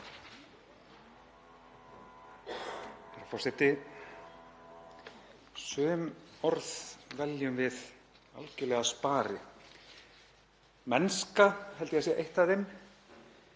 Forseti. Sum orð veljum við algerlega spari. Mennska held ég að sé eitt af þeim.